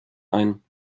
ein